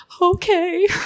Okay